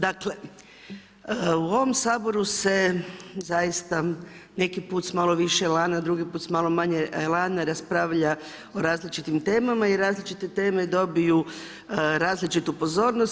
Dakle, u ovom Saboru se zaista neki put sa malo više elana, drugi put sa malo manje elana, raspravlja o različitim temama i različite teme dobiju različitu pozornost.